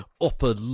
upper